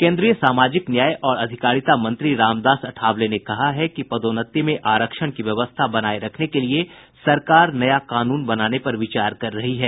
केन्द्रीय सामाजिक न्याय और अधिकारिता मंत्री रामदास अठावले ने कहा है कि पदोन्नति में आरक्षण की व्यवस्था बनाये रखने के लिए सरकार नया कानून बनाने पर विचार कर रही है